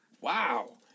Wow